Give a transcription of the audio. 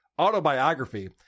autobiography